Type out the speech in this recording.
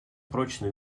прочном